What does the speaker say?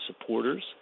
supporters